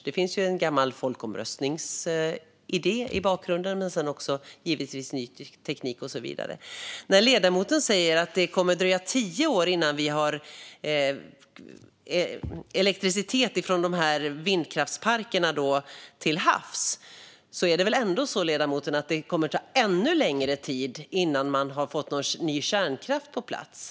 Det finns en gammal folkomröstningsidé i bakgrunden men givetvis också ny teknik och så vidare. Ledamoten säger att det kommer att dröja tio år innan vi får elektricitet från vindkraftsparkerna till havs. Men, ledamoten, det kommer väl ändå att ta ännu längre tid innan man har fått nya kärnkraftverk på plats?